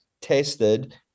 tested